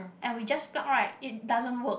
and we just plug right it doesn't work